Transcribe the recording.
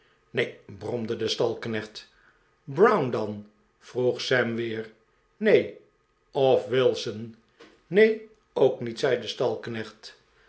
neen bromde de stalknecht brown dan vroeg sam weer neen of wilson neen ook niet zei de